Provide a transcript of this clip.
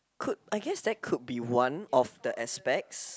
could I guess that could be one of the aspects